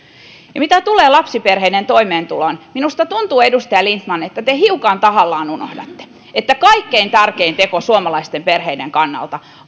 ja mitä tulee lapsiperheiden toimeentuloon minusta tuntuu edustaja lindtman että te hiukan tahallanne unohdatte että kaikkein tärkein teko suomalaisten perheiden kannalta